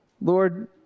Lord